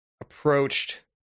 approached